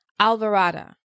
Alvarada